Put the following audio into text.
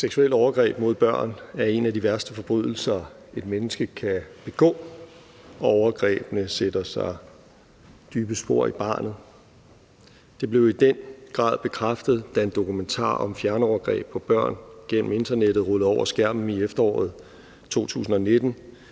Seksuelle overgreb mod børn er en af de værste forbrydelser, et menneske kan begå, og overgrebene sætter sig dybe spor i barnet. Det blev i den grad bekræftet, da en dokumentar om fjernovergreb på børn gennem internettet rullede over skærmen i efteråret 2019,